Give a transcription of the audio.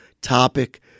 topic